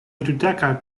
dekdua